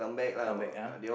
come back ah